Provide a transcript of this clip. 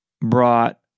brought